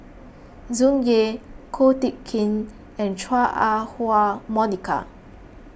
Tsung Yeh Ko Teck Kin and Chua Ah Huwa Monica